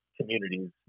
communities